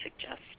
suggest